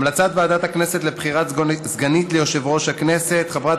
המלצת ועדת הכנסת לבחירת סגנית ליושב-ראש הכנסת: חברת